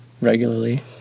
regularly